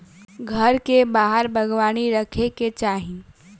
घर के बाहर बागवानी रखे के चाही